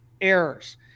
errors